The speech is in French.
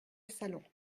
salon